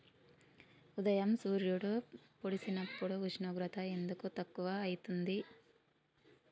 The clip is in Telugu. ఉదయం సూర్యుడు పొడిసినప్పుడు ఉష్ణోగ్రత ఎందుకు తక్కువ ఐతుంది?